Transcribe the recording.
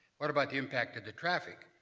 what about the impact to to traffic.